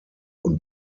und